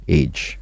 age